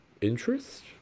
interest